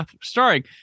starring